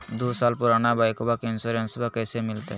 दू साल पुराना बाइकबा के इंसोरेंसबा कैसे मिलते?